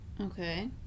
Okay